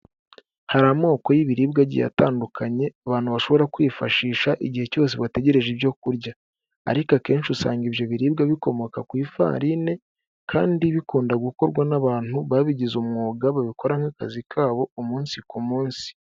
Hari amoko y'ibiribwa agiye atandukanye abantu bashobora kwifashisha igihe cyose bategereje ibyo kurya, ariko akenshi usanga ibyo biribwa bikomoka ku ifarine kandi bikunda gukorwa n'abantu babigize umwuga babikora nk'akazi kabo umunsi ku munsi.